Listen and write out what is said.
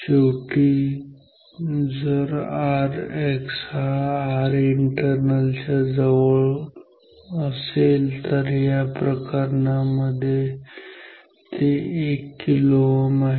शेवटी जर Rx हा Rinternal जवळ असेल तर या प्रकरणांमध्ये ते 1 kΩ आहे